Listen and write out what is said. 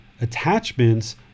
attachments